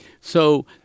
So-